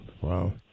Wow